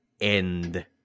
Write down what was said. end